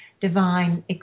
divine